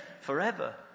forever